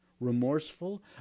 remorseful